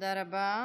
תודה רבה.